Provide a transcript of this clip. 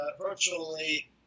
virtually